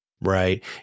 Right